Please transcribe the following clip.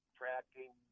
tracking